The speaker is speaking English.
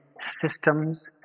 systems